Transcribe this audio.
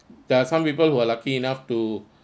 there are some people who are lucky enough to